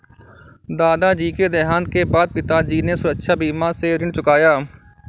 दादाजी के देहांत के बाद पिताजी ने सुरक्षा बीमा से ऋण चुकाया